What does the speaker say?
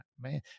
man